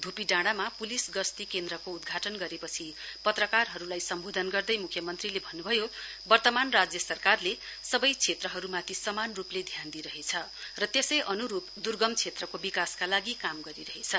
धुप्पीडाँडामा पुलिस गश्ती केन्द्रको उदघाटन गरेपछि पत्रकारहरूलाई सम्बोधन गर्दै मुख्यमन्त्रीले भन्नु भयो वर्तमान राज्य सरकारले सबै क्षेत्रहरूमाथि समान रूपले ध्यान दिइरहेछ र त्यसै अनुरूप दुर्गम क्षेत्रको विकासका लागि काम गरिरहेछ